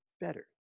better